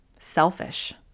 selfish